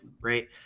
Right